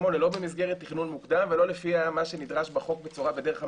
לא במסגרת תכנון מוקדם ולא לפי מה שנדרש בחוק בדרך המלך.